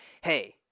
hey